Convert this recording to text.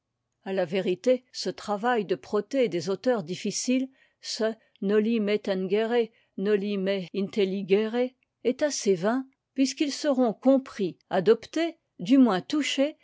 à la vérité ce travail de protée des auteurs difficiles ce noli me tangere noli me intelligere est assez vain puisqu'ils seront compris adoptés du moins touchés